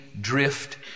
drift